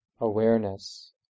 awareness